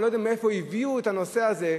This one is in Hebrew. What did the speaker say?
אני לא יודע מאיפה הביאו את הנושא הזה,